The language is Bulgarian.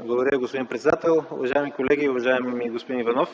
Ви, господин председател. Уважаеми колеги! Уважаеми господин Иванов,